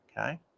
Okay